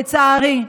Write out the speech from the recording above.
לצערי,